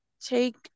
take